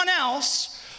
else